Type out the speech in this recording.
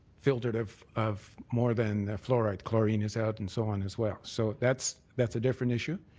filtered of of more than fluoride. chlorine is out and so on as well. so that's that's a different issue.